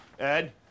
Ed